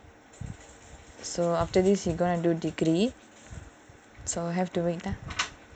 so after this he gonna do degree so have to wait ah